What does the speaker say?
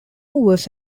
was